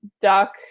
duck